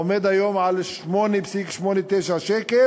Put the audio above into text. העומד היום על 8.89 שקלים,